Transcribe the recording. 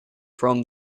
from